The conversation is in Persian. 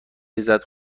ریزد